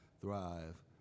thrive